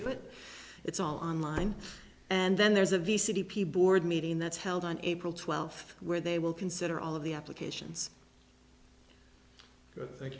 but it's all online and then there's a v city p board meeting that's held on april twelfth where they will consider all of the applications thank